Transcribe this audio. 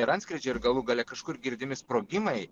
ir antskrydžio ir galų gale kažkur girdimi sprogimai